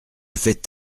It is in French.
fait